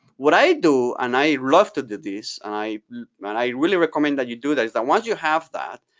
what i do, and i love to do this, and i mean i really recommend that you do this. that once you have that,